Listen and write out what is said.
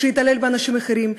שיתעלל באנשים אחרים,